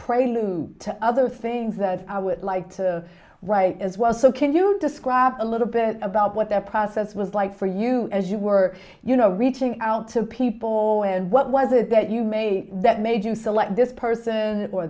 prelude to other things that i would like to write as well so can you describe a little bit about what that process was like for you as you were you know reaching out to people where what was it that you made that made you select this person or